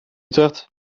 utrecht